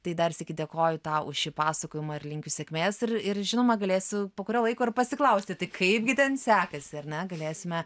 tai dar sykį dėkoju tau už šį pasakojimą ir linkiu sėkmės ir ir žinoma galėsiu po kurio laiko ir pasiklausti tai kaipgi ten sekasi ar ne galėsime